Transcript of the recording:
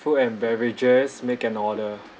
food and beverages make an order